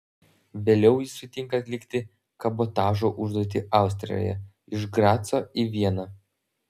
vėliau jis sutinka atlikti kabotažo užduotį austrijoje iš graco į vieną